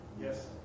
Yes